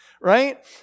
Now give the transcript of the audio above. right